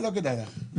לא כדאי לך.